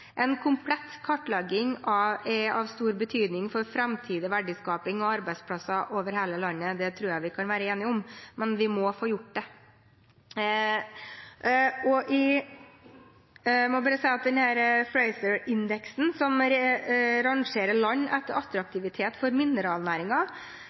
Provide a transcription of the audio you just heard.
En komplett kartlegging er av stor betydning for framtidig verdiskaping og arbeidsplasser over hele landet. Det tror jeg vi kan være enige om – men vi må få gjort det. Jeg må bare si at Fraser-indeksen, som rangerer land etter attraktivitet i mineralnæringen, sa i 2013 at Norge var rangert som